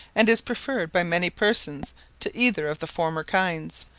and is preferred by many persons to either of the former kinds.